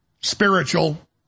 spiritual